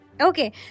Okay